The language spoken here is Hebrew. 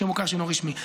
של המוכר שאינו רשמי.